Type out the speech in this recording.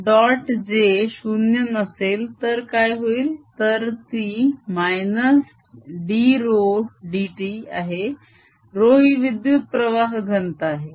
j 0 नसेल तर काय होईल तर ती -dρ dt आहे ρ ही विद्युत प्रवाह घनता आहे